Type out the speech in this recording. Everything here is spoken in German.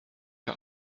für